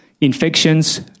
infections